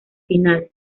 final